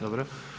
Dobro.